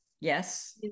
Yes